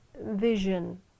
vision